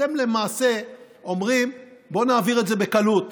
אתם למעשה אומרים: בואו נעביר את זה בקלות,